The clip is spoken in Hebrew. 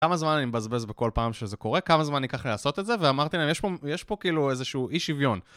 כמה זמן אני מבזבז בכל פעם שזה קורה? כמה זמן אני אקח לעשות את זה? ואמרתי להם, יש פה כאילו איזשהו אי שוויון.